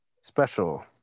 special